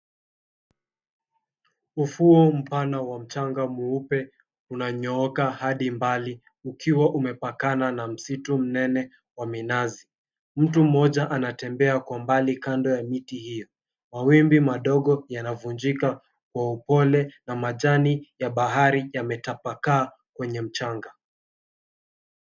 Ufuo mpana wa mchanga mweupe unanyooka hadi mbali ukiwa umepakana na msitu mnene wa minazi. Mtu mmoja anatembea kwa mbali kando ya miti hiyo. Mawimbi madogo yanavunjika kwa upole na majani ya bahari yametapakaa kwenye mchanga.